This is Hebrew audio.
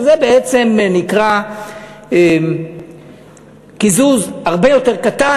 שזה בעצם נקרא קיזוז הרבה יותר קטן